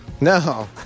No